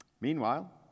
Meanwhile